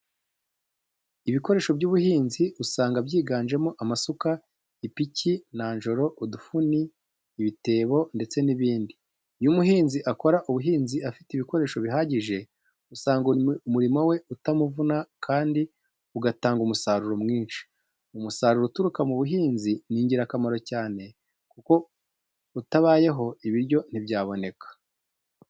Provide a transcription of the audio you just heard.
Ibikoresho by'ubuhinzi usanga byingajemo amasuka, ipiki, nanjoro, udufuni, ibitebo ndetse n'ibindi. Iyo umuhinzi akora ubuhinzi afite ibikoresho bihagije, usanga umurimo we utamuvuna kandi ugatanga umusaruro mwinshi. Umusaruro uturuka mu buhinzi ni ingirakamaro cyane kuko utabayeho ibiryo ntibyaboneka.